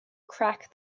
crack